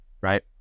right